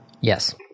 Yes